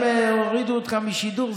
אם הורידו אותך משידור,